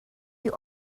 you